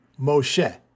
Moshe